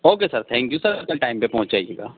okay sir thank you sir آپ نا time پہ پہنچ جائیے گا